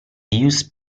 use